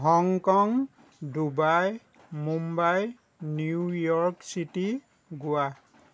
Hong Kong Dubai Mumbai New York city Goa